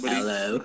Hello